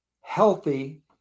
healthy